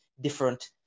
different